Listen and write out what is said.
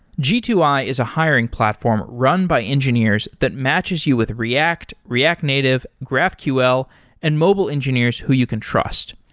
g two i is a hiring platform run by engineers that matches you with react, react native, graphql and mobile engineers who you can trust.